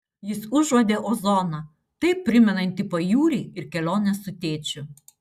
jis užuodė ozoną taip primenantį pajūrį ir keliones su tėčiu